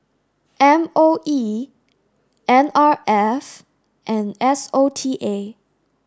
M O E N R F and S O T A